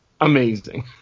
amazing